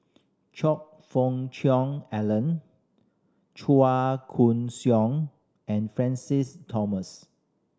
Choe Fook Cheong Alan Chua Koon Siong and Francis Thomas